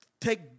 take